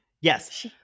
Yes